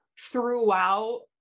throughout